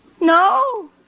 No